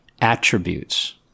attributes